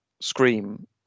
scream